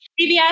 CBS